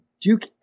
Duke